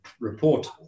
report